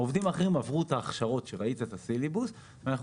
העובדים האחרים עברו את ההכשרות ראית את הסילבוס ואנחנו